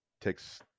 takes